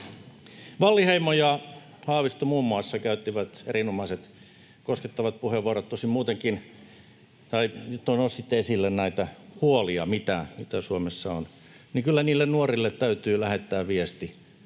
Wallinheimo ja Haavisto, muun muassa, käyttivät erinomaiset koskettavat puheenvuorot. Nostitte esille näitä huolia, mitä Suomessa on. Kyllä niille nuorille täytyy lähettää viesti.